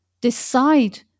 decide